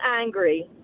angry